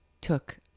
took